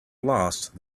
lost